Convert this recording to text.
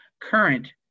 current